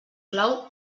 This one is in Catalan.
clau